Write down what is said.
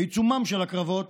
בעיצומם של הקרבות,